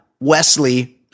Wesley –